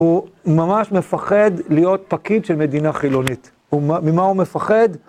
הוא ממש מפחד להיות פקיד של מדינה חילונית. ממה הוא מפחד?